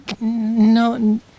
no